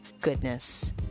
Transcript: goodness